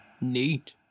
Neat